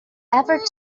ever